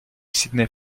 sydney